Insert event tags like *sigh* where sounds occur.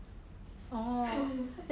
*laughs*